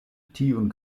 tiun